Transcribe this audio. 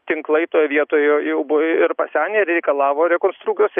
tinklai toj vietoj jau buvo ir pasenę ir reikalavo rekonstrukcijos